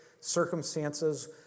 circumstances